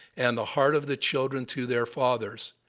and the heart of the children to their fathers.